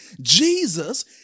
Jesus